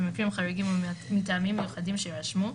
במקרים חריגים ומטעמים מיוחדים שיירשמו,